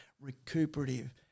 recuperative